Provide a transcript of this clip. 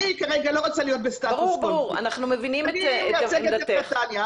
אנחנו מבינים את עמדתם.